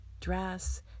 dress